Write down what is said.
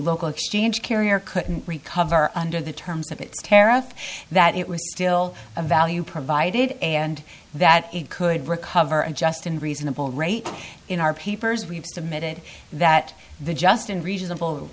local exchange carriers couldn't recover under the terms of its tariff that it was still a value provided and that it could recover a just and reasonable rate in our papers we've submitted that the just and reasonable